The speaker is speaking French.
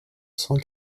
cent